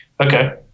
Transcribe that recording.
Okay